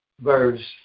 verse